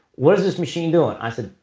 what is this machine doing? i said,